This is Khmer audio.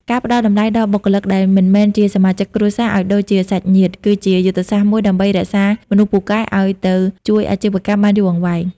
ការផ្តល់តម្លៃដល់បុគ្គលិកដែលមិនមែនជាសមាជិកគ្រួសារឱ្យដូចជាសាច់ញាតិ គឺជាយុទ្ធសាស្ត្រមួយដើម្បីរក្សាមនុស្សពូកែឱ្យនៅជួយអាជីវកម្មបានយូរអង្វែង។